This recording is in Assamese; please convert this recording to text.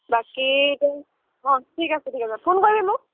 বাকী অঁ ঠিক আছে ঠিক আছে ফোন কৰিবি মোক